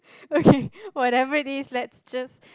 okay whatever it is let's just